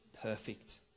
perfect